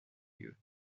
lieu